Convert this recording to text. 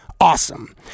awesome